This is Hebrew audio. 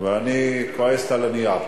ואני כועס על הנייר.